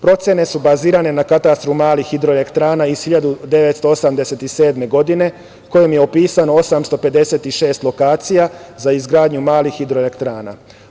Procene su bazirane na katastru malih hidroelektrana iz 1987. godine kojom je opisano 856 lokacija za izgradnju malih hidroelektrana.